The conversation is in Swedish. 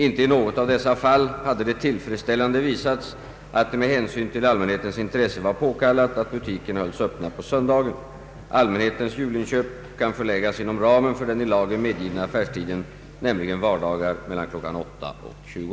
Inte i något av dessa fall hade det tillfredsställande visats att det med hänsyn till allmänhetens intresse var påkallat att butikerna hölls öppna på söndagen. Allmänhetens julinköp kan förläggas inom ramen för den i lagen medgivna affärstiden, nämligen vardagar mellan klockan 8 och 20.